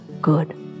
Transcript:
good